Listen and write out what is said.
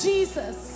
Jesus